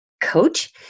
coach